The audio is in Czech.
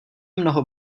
mnoho